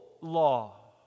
law